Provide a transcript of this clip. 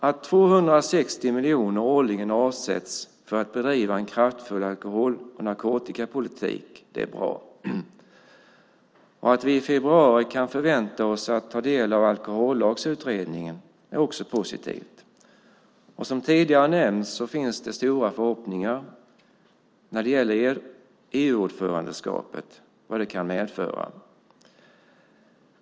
Att 260 miljoner årligen avsätts för att en kraftfull alkohol och narkotikapolitik ska bedrivas är bra. Att vi i februari kan förvänta oss att ta del av Alkohollagsutredningen är också positivt. Som tidigare nämnts finns det stora förhoppningar när det gäller EU-ordförandeskapet och vad det kan medföra.